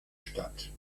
statt